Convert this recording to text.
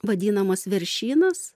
vadinamas veršynas